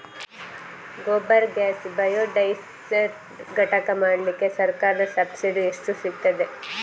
Gobar gas biodigester ಘಟಕ ಮಾಡ್ಲಿಕ್ಕೆ ಸರ್ಕಾರದ ಸಬ್ಸಿಡಿ ಎಷ್ಟು ಸಿಕ್ತಾದೆ?